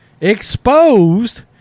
exposed